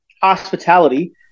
hospitality